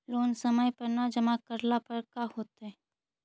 Loan समय पर न जमा करला पर का होतइ?